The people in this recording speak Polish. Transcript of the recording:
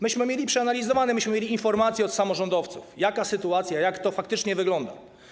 Myśmy mieli to przeanalizowane, myśmy mieli informacje od samorządowców, jaka jest sytuacja, jak to faktycznie wygląda.